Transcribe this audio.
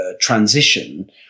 transition